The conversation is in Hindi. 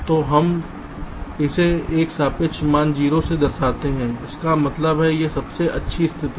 तो हम इसे एक सापेक्ष मान 0 से दर्शाते हैं इसका मतलब है यह सबसे अच्छी स्थिति है